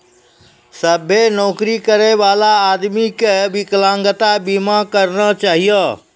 सभ्भे नौकरी करै बला आदमी के बिकलांगता बीमा करना चाहियो